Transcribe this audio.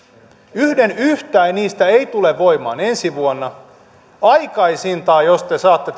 yhden yhtä niistä ei tule voimaan ensi vuonna aikaisintaan jos te saatte